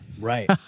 Right